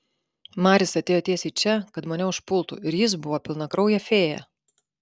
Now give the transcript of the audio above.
maris atėjo tiesiai čia kad mane užpultų ir jis buvo pilnakraujė fėja